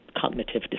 cognitive